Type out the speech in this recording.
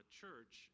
church